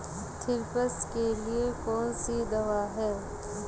Thrips के लिए कौन सी दवा है?